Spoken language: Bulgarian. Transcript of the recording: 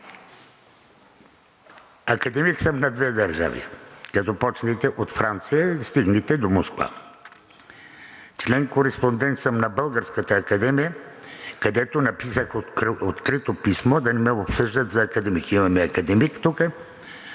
Академик съм на две държави, като започнете от Франция и стигнете до Москва. Член-кореспондент съм на Българската академия, където написах открито писмо да не ме обсъждат за академик. Имаме академик тук,